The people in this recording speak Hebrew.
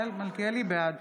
בעד